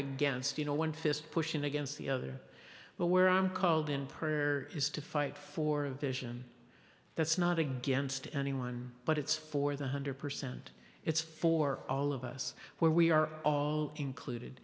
against you know one fist pushing against the other but where i'm called in prayer is to fight for a vision that's not against anyone but it's for the hundred percent it's for all of us where we are all included